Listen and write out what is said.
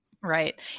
Right